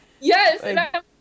Yes